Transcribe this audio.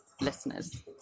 listeners